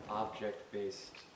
object-based